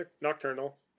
nocturnal